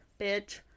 bitch